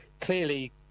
clearly